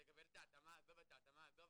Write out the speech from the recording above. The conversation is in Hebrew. לקבל את ההתאמה הזו ואת ההתאמה הזו,